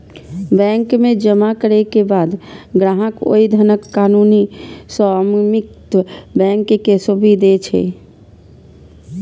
bank मे धन जमा करै के बाद ग्राहक ओइ धनक कानूनी स्वामित्व बैंक कें सौंपि दै छै